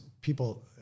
people